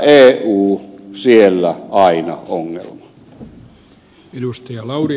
missä eu siellä aina ongelma